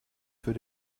für